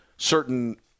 certain